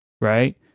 right